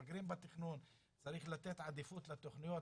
מפגעים בתכנון וצריך לתת עדיפות לתכניות